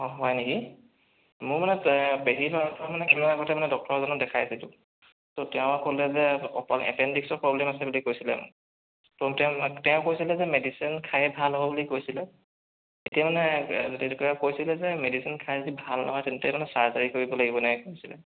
অঁ হয় নেকি মোৰ মানে পেহীৰ ল'ৰাটোৱে মানে কেইদিনমান আগতে মানে ডক্টৰ এজনক দেখাই আহিলেগৈ ত' তেওঁ ক'লে যে অকল এপেণ্ডিক্সৰ প্ৰ'ব্লেম আছে বুলি কৈছিলে মানে ত' তেওঁ তেওঁ কৈছিলে যে মেডিচিন খাইয়েই ভাল হ'ব বুলি কৈছিলে এতিয়া মানে কি বুলি কয় কৈছিলে যে মেডিচিন খাই যদি ভাল নহয় তেন্তে মানে চাৰ্জাৰী কৰিব লাগিব এনেকৈ কৈছিলে